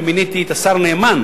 ומיניתי את השר נאמן,